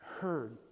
heard